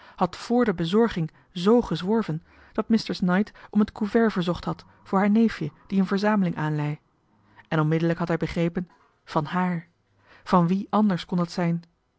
had vr de bezorging z gezworven dat mistress knight om het couvert verzocht had voor haar neefje die een verzameling aanlei en onmiddellijk had hij begrepen van haar van wie anders kon dat zijn